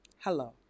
Hello